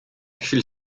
chwil